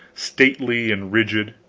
stately and rigid,